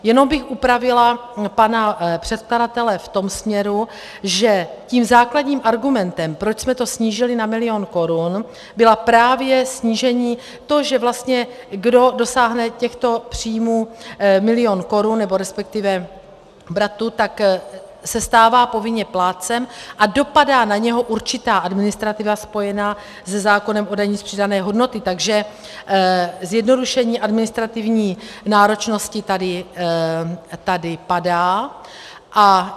Jenom bych opravila pana předkladatele v tom směru, že základním argumentem, proč jsme to snížili na milion korun, bylo právě snížení, to, že vlastně kdo dosáhne těchto příjmů milion korun, resp. obratu, tak se stává povinně plátcem a dopadá na něj určitá administrativa spojená se zákonem o dani z přidané hodnoty, takže zjednodušení administrativní náročnosti tady padá.